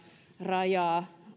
rajaa